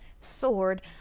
sword